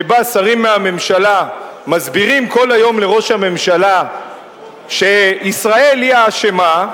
ששרים מהממשלה מסבירים כל היום לראש הממשלה שישראל היא האשמה,